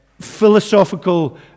philosophical